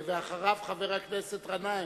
אחריו, חבר הכנסת גנאים.